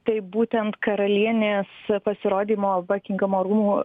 taip būtent karalienės pasirodymo bakingamo rūmų